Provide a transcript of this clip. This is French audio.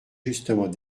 justement